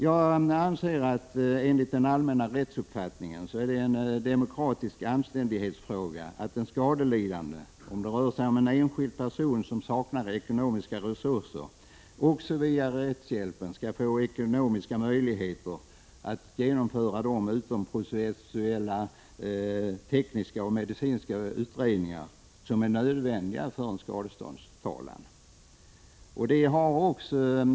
Jag anser att det, enligt den allmänna rättsuppfattningen, är en demokratisk anständighetsfråga att den skadelidande, om det rör sig om en enskild person som saknar ekonomiska resurser, via rättshjälpen skall få ekonomiska möjligheter att genomföra de utomprocessuella tekniska och medicinska utredningar som är nödvändiga för en skadeståndstalan.